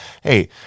Hey